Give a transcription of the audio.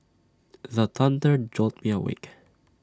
the thunder jolt me awake